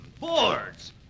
boards